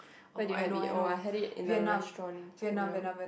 where did you have it oh I had it in a restaurant in Korea